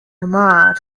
mars